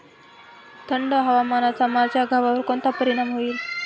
थंड हवामानाचा माझ्या गव्हावर कोणता परिणाम होईल?